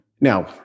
now